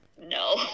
no